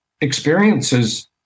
experiences